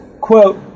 Quote